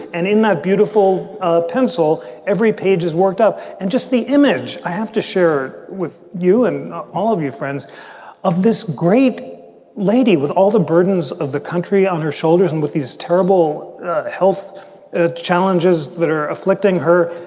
and in that beautiful ah pencil, every page is worked up. and just the image i have to share with you and all of you friends of this great lady with all the burdens of the country on her shoulders and with these terrible health ah challenges that are afflicting her,